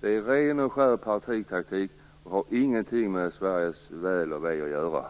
Det är ren och skär partitaktik och har ingenting med Sveriges väl och ve att göra.